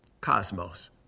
Cosmos